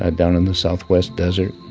ah down in the southwest desert